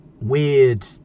weird